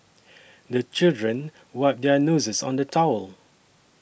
the children wipe their noses on the towel